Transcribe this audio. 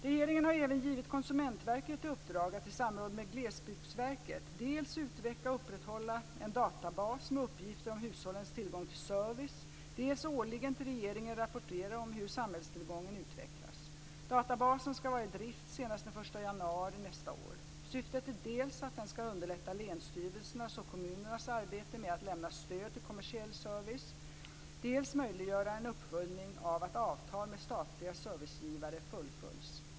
Regeringen har även givit Konsumentverket i uppdrag att, i samråd med Glesbygdsverket, dels utveckla och upprätthålla en databas med uppgifter om hushållens tillgång till service, dels årligen till regeringen rapportera om hur samhällstillgången utvecklas. Databasen ska vara i drift senast den 1 januari nästa år. Syftet är att dels underlätta länsstyrelsernas och kommunernas arbete med att lämna stöd till kommersiell service, dels möjliggöra en uppföljning av att avtal med statliga servicegivare fullföljs.